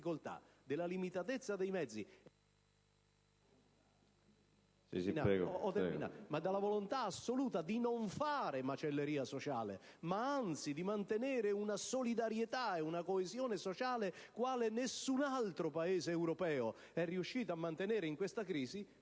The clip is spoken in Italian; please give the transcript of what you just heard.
della limitatezza dei mezzi, ma anche dalla volontà assoluta di non fare macelleria sociale e anzi di mantenere una solidarietà e una coesione sociale quale nessun altro Paese europeo è riuscito a mantenere in questa crisi,